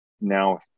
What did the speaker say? now